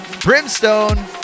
Brimstone